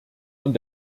und